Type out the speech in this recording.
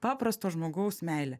paprasto žmogaus meilę